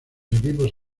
equipos